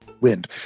wind